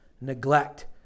neglect